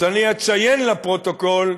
אז אני אציין לפרוטוקול,